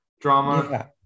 drama